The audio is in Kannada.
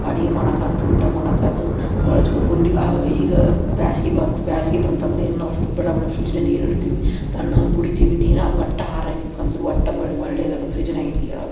ಅಡುಗೆ ಮಾಡೋಕಾಯ್ತು ಊಟ ಮಾಡೋಕಾಯ್ತು ಬಳಸಬೇಕು ಈಗ ಬೇಸ್ಗೆ ಬಂತು ಬೇಸ್ಗೆ ಬಂತಂದ್ರೆ ಏನು ನಾವು ಬಡ ಬಡ ಫ್ರಿಜ್ಜಲ್ಲಿ ನೀರು ಇಡುತ್ತೇವೆ ತಣ್ಣನೆ ಕುಡಿತೀವಿ ನೀರು ಅದು ಒಟ್ಟು ಆರೋಗ್ಯಕ್ಕಂತೂ ಒಟ್ಟು ಒಳ್ಳೆಯದಲ್ಲ ಫ್ರಿಜ್ನ್ಯಾಗಿನ ನೀರು